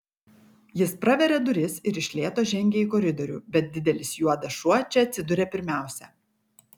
jis praveria duris ir iš lėto žengia į koridorių bet didelis juodas šuo čia atsiduria pirmiausia